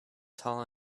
tall